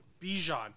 Bijan